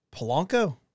Polanco